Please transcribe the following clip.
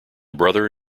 brother